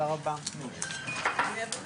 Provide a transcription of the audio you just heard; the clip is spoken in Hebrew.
הישיבה ננעלה